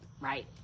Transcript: right